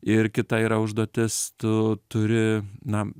ir kita yra užduotis tu turi na